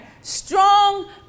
strong